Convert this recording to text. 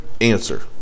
answer